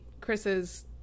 Chris's